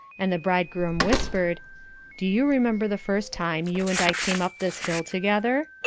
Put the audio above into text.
and the bridegroom whispered do you remember the first time you and i came up this hill together?